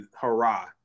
hurrah